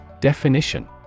Definition